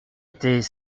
était